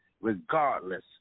Regardless